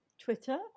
Twitter